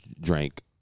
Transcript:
drank